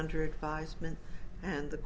under advisement and